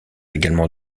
également